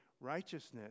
righteousness